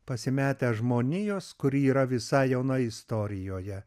pasimetę žmonijos kuri yra visai jauna istorijoje